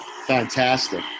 fantastic